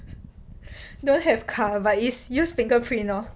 don't have 卡 but is use fingerprint lor